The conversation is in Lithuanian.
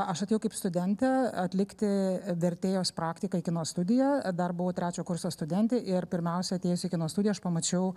aš atėjau kaip studentė atlikti vertėjos praktiką į kino studiją dar buvau trečio kurso studentė ir pirmiausia atėjus į kino studiją aš pamačiau